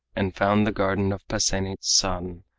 and found the garden of pasenit's son,